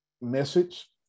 message